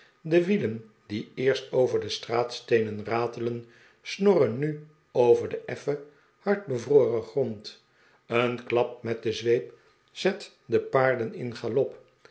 de wielen die eerst over de straatsteenen ratelden snorren nu over den effen hard bevroren grond een klap met de zweep zet de paarden in galop